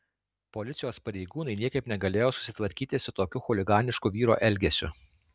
policijos pareigūnai niekaip negalėjo susitvarkyti su tokiu chuliganišku vyro elgesiu